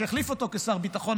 שהחליף אותו כשר ביטחון,